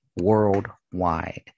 worldwide